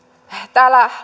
täällä